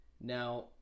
Now